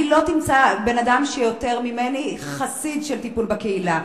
לא תמצא בן-אדם שיותר ממני חסיד של טיפול בקהילה,